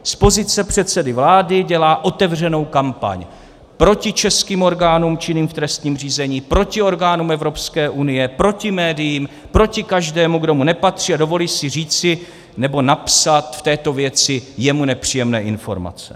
Z pozice předsedy vlády dělá otevřenou kampaň proti českým orgánům činným v trestním řízení, proti orgánům EU, proti médiím, proti každému, kdo mu nepatří a dovolí si říci nebo napsat v této věci jemu nepříjemné informace.